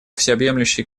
всеобъемлющей